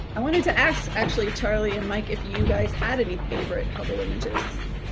i wanted to ask actually charlie and mike, if you guys had any favorite hubble images.